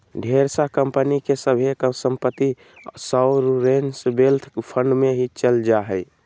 ढेर सा कम्पनी के सभे सम्पत्ति सॉवरेन वेल्थ फंड मे ही चल जा हय